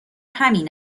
همین